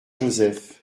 joseph